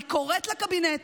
אני קוראת לקבינט